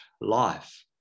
life